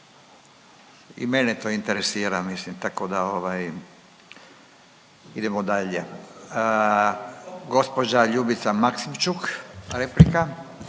I mene to interesira mislim tako da ovaj idemo dalje. Gospođa Ljubica Maksimčuk replika.